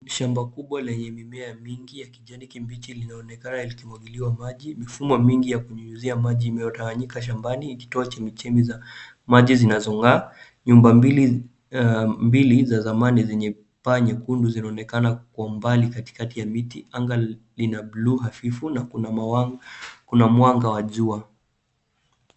Shamba kubwa lenye mimea mingi ya kijani kibichi linaonekana likimwagiliwa maji. Mifumo mingi ya kunyunyizia maji imetawanyika shambani ikitoa chemichemi za maji zinazong'aa. Nyumba mbili za zamani zenye paa nyekundu zinaonekana kwa mbali katikati ya miti. Anga lina bluu hafifu na kuna mwanga wa jua.